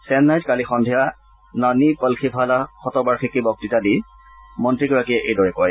চেন্নাইত কালি সন্ধিয়া নানী পল্খিভালা শতবাৰ্ষিকী বক্তুতা দি মন্ত্ৰীগৰাকীয়ে এইদৰে কয়